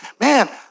man